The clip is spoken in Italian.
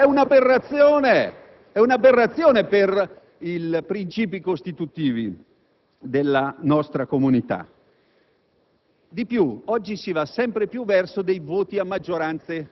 facciamo votare e contare in Europa i Paesi con più alta densità di stranieri extracomunitari. Praticamente conteranno